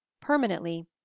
permanently